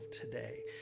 today